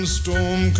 storm